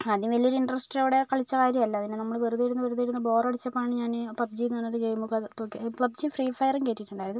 ആദ്യം വലിയൊരു ഇൻട്രസ്റ്റോടെ കളിച്ച കാര്യമല്ല പിന്നെ നമ്മൾ വെറുതെയിരുന്ന് വെറുതെയിരുന്ന് ബോറടിച്ചപ്പോഴാണ് ഞാൻ പബ് ജി എന്നു പറഞ്ഞൊരു ഗെയിം പബ് ജി ഫ്രീ ഫയറും കയറ്റിയിട്ടുണ്ടായിരുന്നു